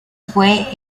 fue